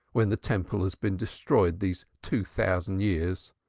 when the temple has been destroyed these two thousand years.